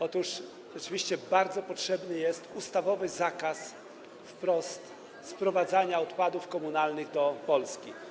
Otóż rzeczywiście bardzo potrzebny jest ustawowy zakaz sprowadzania odpadów komunalnych do Polski.